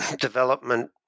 development